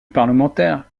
parlementaires